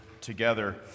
together